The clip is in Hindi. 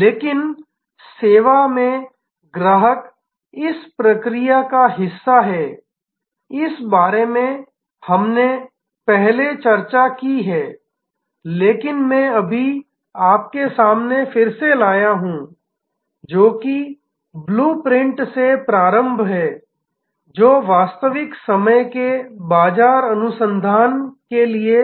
लेकिन सेवा में ग्राहक इस प्रक्रिया का हिस्सा है इस बारे में हमने पहले चर्चा की है लेकिन मैं अभी आपके सामने फिर से लाया हूं जो कि ब्लू प्रिंटिंग से प्रारंभ है जो वास्तविक समय के बाजार अनुसंधान के लिए